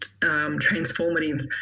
transformative